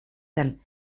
zen